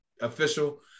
official